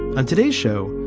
on today's show,